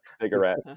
Cigarette